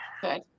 good